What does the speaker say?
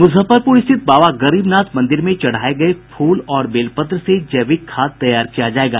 मूजफ्फरपूर स्थित बाबा गरीबनाथ मंदिर में चढ़ाये गये फूल और बेलपत्र से जैविक खाद तैयार किया जायेगा